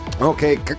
Okay